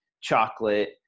chocolate